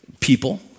people